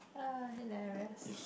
uh hilarious